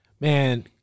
Man